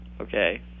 Okay